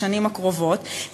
בשנים הקרובות,